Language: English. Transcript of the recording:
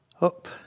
up